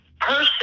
person